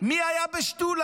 מי היה בשתולה.